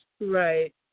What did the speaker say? right